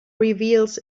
reveals